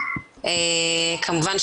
כמובן,